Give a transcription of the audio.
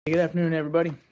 good afternoon, everybody.